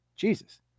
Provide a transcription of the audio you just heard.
Jesus